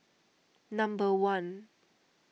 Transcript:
number one